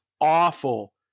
awful